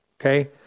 okay